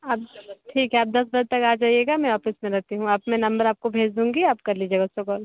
आप ठीक है आप दस बजे तक आ जाएगा मैं ऑफिस में रहती हूँ आप मेरा नंबर आपको भेज दूँगी आप कर लीजिएगा उस पर कॉल